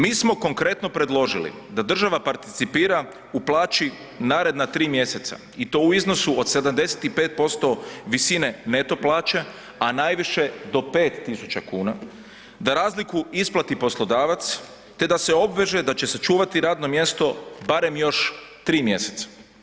Mi smo konkretno predložili da država participira u plaći naredna tri mjeseca i to u iznosu od 75% visine neto plaće, a najviše do 5.000 kuna, da razliku isplati poslodavac te da se obveže da se sačuvati radno mjesto barem još tri mjeseca.